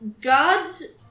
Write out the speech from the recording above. gods